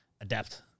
adapt